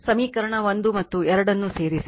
ಸಮೀಕರಣ 1 ಮತ್ತು 2 ಅನ್ನು ಸೇರಿಸಿ